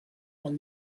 will